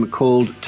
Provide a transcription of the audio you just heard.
called